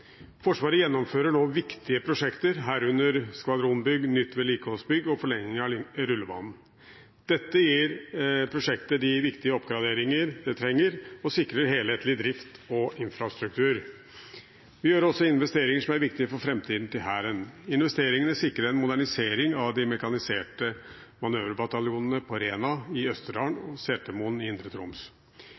Forsvaret gjennomfører nå viktige prosjekter, herunder skvadronbygg, nytt vedlikeholdsbygg og forlenging av rullebanen. Dette gir prosjektet de viktige oppgraderingene det trenger, og sikrer helhetlig drift og infrastruktur. Vi gjør også investeringer som er viktige for framtiden til Hæren. Investeringene sikrer en modernisering av de mekaniserte manøverbataljonene på Rena i Østerdalen og Setermoen i Indre Troms.